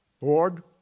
Lord